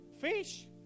fish